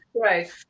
right